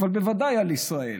אבל בוודאי על ישראל.